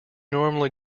normally